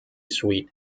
suite